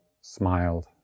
smiled